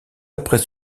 après